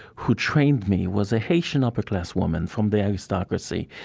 who trained me, was a haitian upper-class woman from the aristocracy.